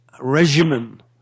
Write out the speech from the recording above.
regimen